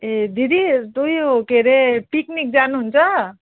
ए दिदी दुई ऊ के अरे पिकनिक जानुहुन्छ